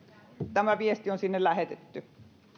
tämä viesti on sinne lähetetty